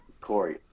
Corey